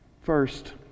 First